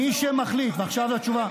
חיילים סעודים, מי שמחליט, ועכשיו זאת התשובה.